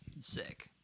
Sick